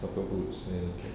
proper goods then you can